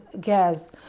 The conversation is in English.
gas